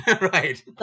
Right